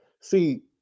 See